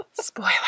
Spoiler